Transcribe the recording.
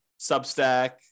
Substack